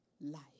life